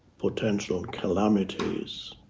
potential calamities.